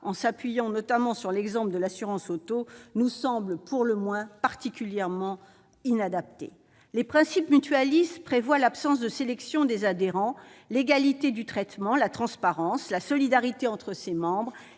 en s'appuyant sur l'exemple de l'assurance automobile, nous semble pour le moins inadapté. Les principes mutualistes prévoient l'absence de sélection des adhérents, l'égalité de traitement, la transparence et la solidarité entre mutualistes.